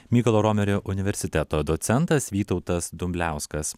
mykolo romerio universiteto docentas vytautas dumbliauskas